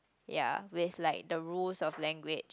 ya with like the rules of language